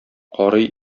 карый